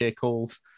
calls